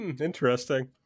Interesting